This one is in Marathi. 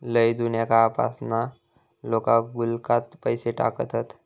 लय जुन्या काळापासना लोका गुल्लकात पैसे टाकत हत